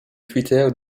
twitter